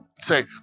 say